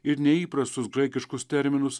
ir neįprastus graikiškus terminus